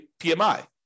PMI